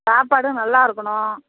சாப்பாடும் நல்லாயிருக்கணும்